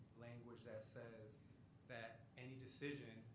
language that says that any decision,